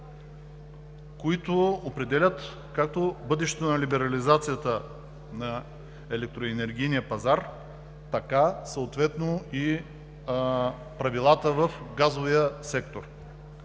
които определят както бъдещето на либерализацията на електроенергийния пазар, така съответно и правилата в газовия сектор.